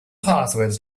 passwords